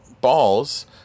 balls